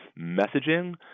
messaging